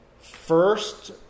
first